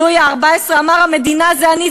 לואי ה-14 אמר: המדינה זה אני,